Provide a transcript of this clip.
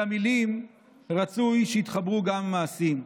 למילים רצוי שיתחברו גם מעשים.